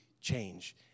change